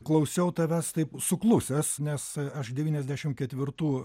klausiau tavęs taip suklusęs nes aš devyniasdešimt ketvirtų